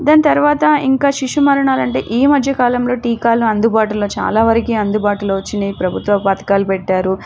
దాని తరువాత ఇంకా శిశు మరణాలంటే ఈ మధ్య కాలంలో టీకాలు అందుబాటులో చాలా వరకి అందుబాటులో వచ్చినాయి ప్రభుత్వ పథకాలు పెట్టారు